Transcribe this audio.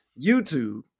youtube